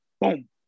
boom